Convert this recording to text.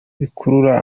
bikurura